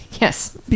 Yes